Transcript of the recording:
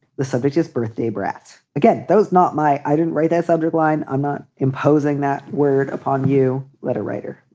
the subject is birthday breath's again. those, not my. i didn't write s underline. i'm not imposing that word upon you. letter writer.